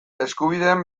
eskubideen